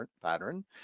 pattern